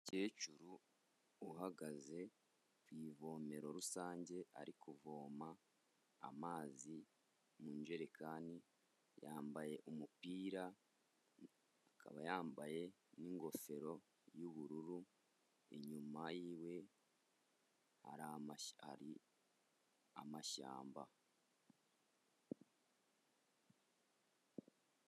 Umukecuru uhagaze ku ivomero rusange ari kuvoma amazi mu ijerekani yambaye umupira, akaba yambaye n'ingofero y'ubururu inyuma y'iwe hari amashyamba.